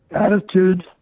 Attitude